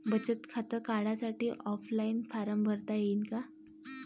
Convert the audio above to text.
बचत खातं काढासाठी ऑफलाईन फारम भरता येईन का?